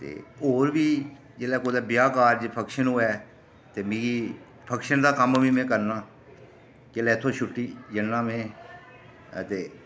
ते होर बी जेल्लै कुतै ब्याह् कारज फंक्शन होऐ ते मिगी फंक्शन दा कम्म बी में करना जेल्लै इत्थ छुट्टी जन्ना में ते